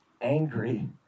angry